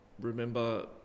remember